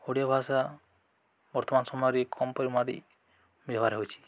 ଓଡ଼ିଆ ଭାଷା ବର୍ତ୍ତମାନ ସମୟରେ କମ୍ ପରିମାଣରେ ବ୍ୟବହାର ହେଉଛି